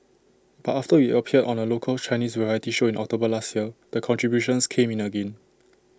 but after we appeared on A local Chinese variety show in October last year the contributions came in again